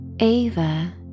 Ava